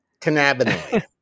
Cannabinoid